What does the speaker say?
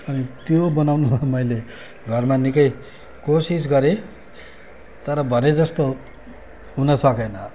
अनि त्यो बनाउनु मैले घरमा निकै कोसिस गरेँ तर भने जस्तो हुन सकेनँ